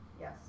Yes